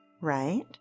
right